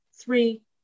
three